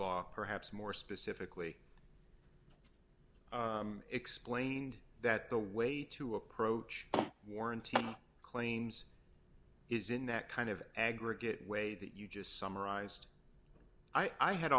law perhaps more specifically explained that the way to approach warranty claims is in that kind of aggregate way that you just summarized i had